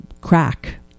crack